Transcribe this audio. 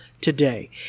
today